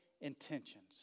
intentions